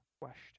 question